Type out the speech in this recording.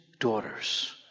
daughters